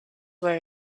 were